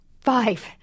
five